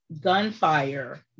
gunfire